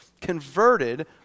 converted